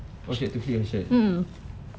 oh she had to flip her shirt